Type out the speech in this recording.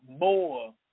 more